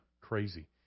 crazy